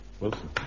Wilson